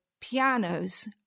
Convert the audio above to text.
pianos